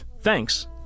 Thanks